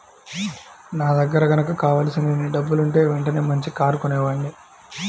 నా దగ్గర గనక కావలసినన్ని డబ్బులుంటే వెంటనే మంచి కారు కొనేవాడ్ని